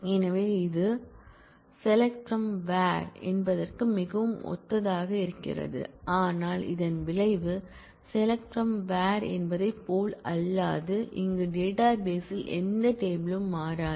எனவே இது SELECT FROM WHERE select from where என்பதற்கு மிகவும் ஒத்ததாக இருக்கிறது ஆனால் இதன் விளைவு SELECT FROM WHERE என்பதைப் போலல்லாது இங்கு டேட்டாபேஸ் ல் எந்த டேபிள் யும் மாறாது